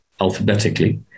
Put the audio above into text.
alphabetically